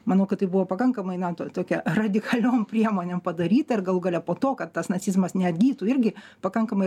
manau kad tai buvo pakankamai na to tokia radikaliom priemonėm padaryta ir galų gale po to kad tas nacizmas neatgytų irgi pakankamai